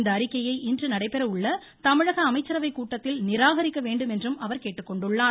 இந்த அறிக்கையை இன்று நடைபெற உள்ள தமிழக அமைச்சரவைக் கூட்டத்தில் நிராகரிக்க வேண்டும் என்றும் அவர் கேட்டுக்கொண்டுள்ளார்